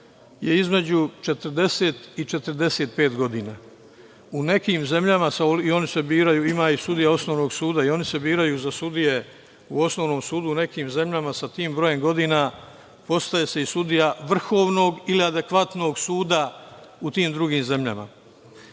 je između 40 i 45 godina. U nekim zemljama, i oni se biraju, imaju sudije osnovnog suda, za sudije u osnovnom sudu, u nekim zemljama sa tim brojem godina postaje se i sudija vrhovnog ili adekvatnog suda u tim drugim zemljama. Ubrzano